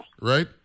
right